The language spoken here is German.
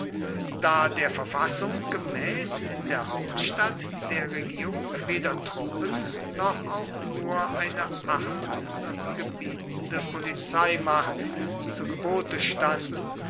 da der verfassung gemäß in der hauptstadt der regierung weder truppen noch auch nur eine achtunggebietende polizeimacht zu gebote stand